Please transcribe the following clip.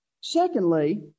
Secondly